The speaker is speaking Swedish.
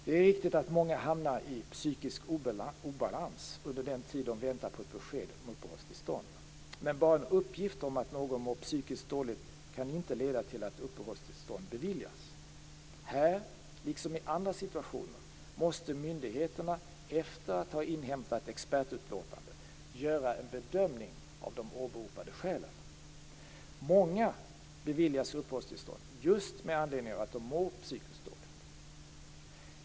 Det är riktigt att många hamnar i psykisk obalans under den tid de väntar på ett besked om uppehållstillstånd, men bara en uppgift om att någon mår psykiskt dåligt kan inte leda till att uppehållstillstånd beviljas. Här, liksom i andra situationer, måste myndigheterna efter att ha inhämtat expertutlåtanden göra en bedömning av de åberopade skälen. Många beviljas uppehållstillstånd just med anledning av att de mår psykiskt dåligt.